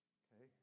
okay